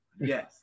Yes